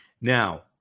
Now